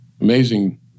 amazing